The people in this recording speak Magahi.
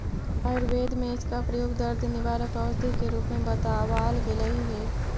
आयुर्वेद में इसका प्रयोग दर्द निवारक औषधि के रूप में बतावाल गेलई हे